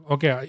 Okay